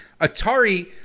Atari